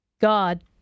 God